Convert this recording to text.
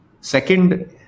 Second